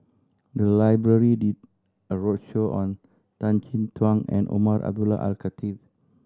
the library did a roadshow on Tan Chin Tuan and Umar Abdullah Al Khatib